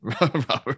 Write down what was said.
Robert